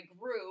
grew